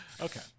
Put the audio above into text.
okay